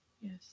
Yes